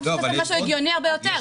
יש פה משהו הגיוני הרבה יותר,